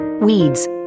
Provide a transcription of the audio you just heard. weeds